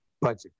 budget